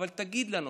אבל תגיד לנו,